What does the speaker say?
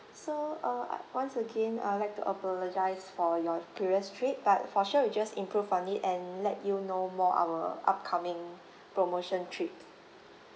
so uh once again I would like to apologize for your previous trip but for sure we just improve on it and let you know more our upcoming promotion trip